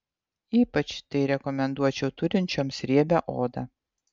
ypač tai rekomenduočiau turinčioms riebią odą